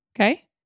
Okay